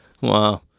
wow